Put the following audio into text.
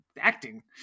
acting